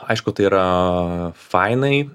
aišku tai yra fainai